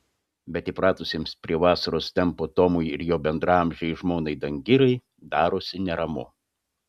bet įpratusiems prie vasaros tempo tomui ir jo bendraamžei žmonai dangirai darosi neramu